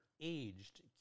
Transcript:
aged